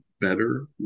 better